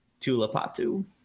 Tulapatu